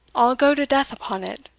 i'll go to death upon it!